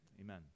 Amen